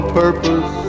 purpose